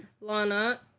Lana